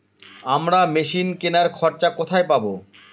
আমরা মেশিন কেনার খরচা কোথায় পাবো?